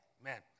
Amen